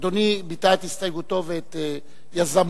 אדוני ביטא את הסתייגותו ואת יזמותו,